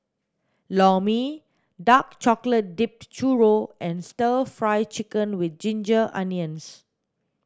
lor mee dark chocolate dipped churro and stir fry chicken with ginger onions